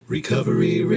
Recovery